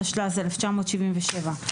התשל"ז-1977,